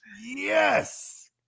Yes